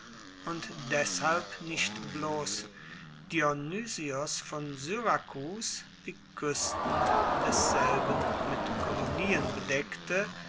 und weshalb nicht bloss dionysios von syrakus die kuesten desselben mit kolonien bedeckte